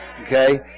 Okay